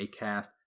Acast